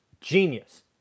Genius